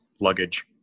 luggage